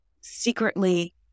secretly